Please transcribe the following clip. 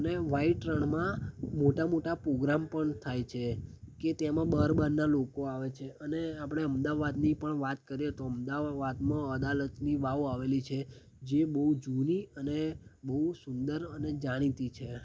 અને વાઈટ રણમાં મોટા મોટા પોગ્રામ પણ થાય છે કે તેમાં બાર બારના લોકો આવે છે અને આપણે અમદાવાદની પણ વાત કરીએ તો અમદાવાદમાં અડાલજની વાવ આવેલી છે જે બહુ જૂની અને બહુ સુંદર અને જાણીતી છે